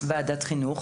ועדת החינוך